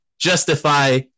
justify